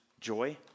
joy